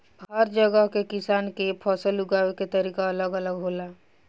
हर जगह के किसान के फसल उगावे के तरीका अलग अलग होला